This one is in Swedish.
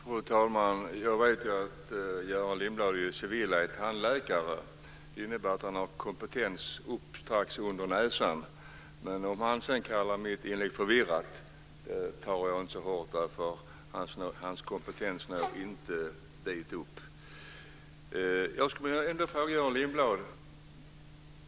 Fru talman! Jag vet att Göran Lindblad i yrkeslivet är tandläkare. Det innebär att han har kompetens upp till strax under näsan. Att han kallar mitt inlägg förvirrat tar jag inte så hårt, för hans kompetens når inte högre upp. Jag vill ställa en fråga till Göran Lindblad.